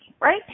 right